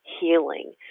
healing